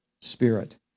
spirit